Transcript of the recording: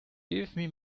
give